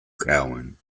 cowan